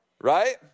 Right